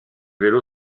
vélo